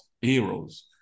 heroes